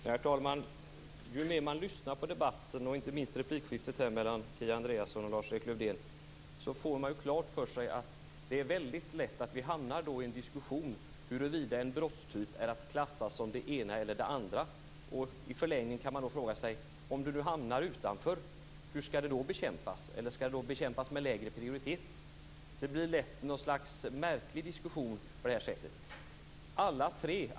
Herr talman! Ju mer man lyssnar på debatten, inte minst replikskiftet mellan Kia Andreasson och Lars Erik Lövdén, får man klart för sig att det är väldigt lätt att hamna i en diskussion om huruvida en brottstyp är att klassa som det ena eller det andra. I förlängningen kan man fråga sig: Om de nu hamnar utanför, hur skall de då bekämpas? Eller skall de bekämpas med lägre prioritet? Det blir lätt en märklig diskussion på det sättet.